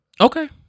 Okay